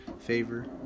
favor